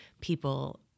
people